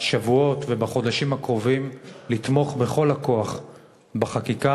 בשבועות ובחודשים הקרובים לתמוך בכל הכוח בחקיקה